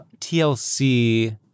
TLC